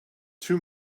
two